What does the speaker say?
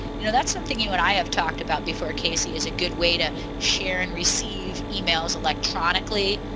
you know that's something you and i have talked about before casey is a good way to share and receive emails electronically.